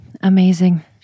Amazing